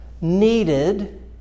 needed